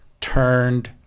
turned